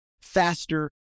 faster